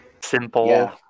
Simple